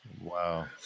wow